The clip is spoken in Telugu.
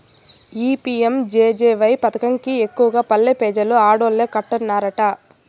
ఈ పి.యం.జె.జె.వై పదకం కి ఎక్కువగా పల్లె పెజలు ఆడోల్లే కట్టన్నారట